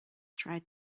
tried